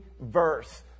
verse